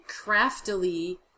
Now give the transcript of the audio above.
craftily